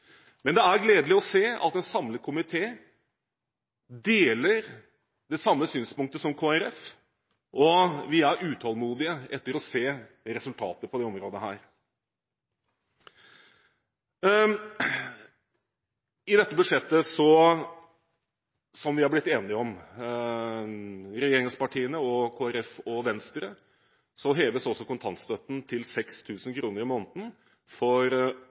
Men det er gledelig å se at en samlet komité deler det samme synspunktet som Kristelig Folkeparti, og vi er utålmodige etter å se resultater på dette området. I dette budsjettet som vi er blitt enige om, regjeringspartiene og Kristelig Folkeparti og Venstre, heves også kontantstøtten til 6 000 kr i måneden for